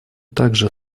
также